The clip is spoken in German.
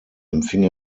empfing